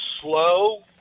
slow